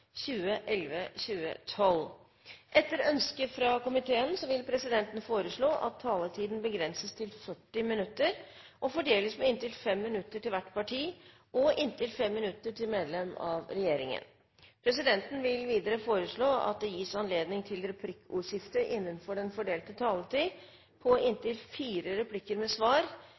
2011 og fram til nå, og det er en god start. Flere har ikke bedt om ordet til sak nr. 3. Etter ønske fra kirke-, utdannings- og forskningskomiteen vil presidenten foreslå at taletiden begrenses til 40 minutter og fordeles med inntil 5 minutter til hvert parti og inntil 5 minutter til medlem av regjeringen. Videre vil presidenten foreslå at det gis anledning til